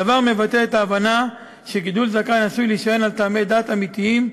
הדבר מבטא את ההבנה שגידול זקן עשוי להישען על טעמי דת אמיתיים,